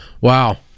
wow